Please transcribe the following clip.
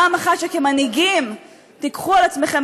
פעם אחת שכמנהיגים תיקחו על עצמכם